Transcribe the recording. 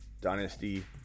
Dynasty